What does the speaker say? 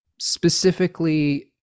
specifically